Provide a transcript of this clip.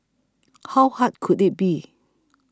how hard could it be